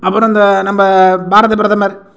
அப்புறம் இந்த நம்ம பாரத பிரதமர்